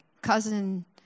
cousin